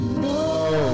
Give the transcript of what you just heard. no